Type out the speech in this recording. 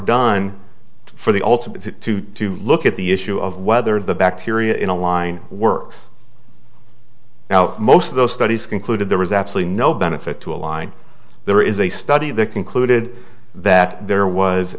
done for the ultimate two to look at the issue of whether the bacteria in a line works now most of those studies concluded there was absolutely no benefit to a line there is a study that concluded that there was